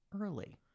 early